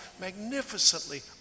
magnificently